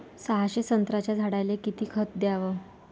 सहाशे संत्र्याच्या झाडायले खत किती घ्याव?